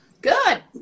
Good